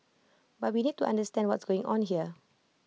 but we need to understand what's going on here